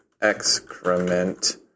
excrement